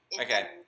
Okay